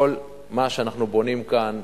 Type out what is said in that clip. כל מה שאנחנו בונים כאן